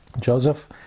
Joseph